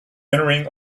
entering